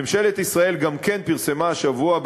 ממשלת ישראל גם כן פרסמה השבוע,